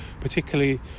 particularly